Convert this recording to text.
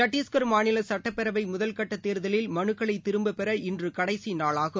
சத்திஷ்கர் மாநிலசட்டப்பேரவைமுதல்கட்டதேர்தலில் மனுக்களைதிரும்பப்பெற இன்றுகடைசிநாளாகும்